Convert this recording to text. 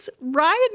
Ryan